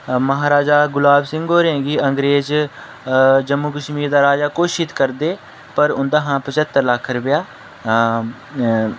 म्हाराजा गुलाब सिंह होरें गी अंग्रेज़ जम्मू कश्मीर दा राजा घोशित करदे पर उं'दा हा पचत्तर लक्ख रपेआ